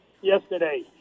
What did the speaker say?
yesterday